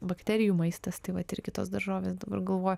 bakterijų maistas tai vat ir kitos daržovės dabar galvoju